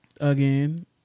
again